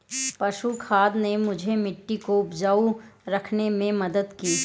पशु खाद ने मुझे मिट्टी को उपजाऊ रखने में मदद की